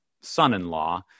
son-in-law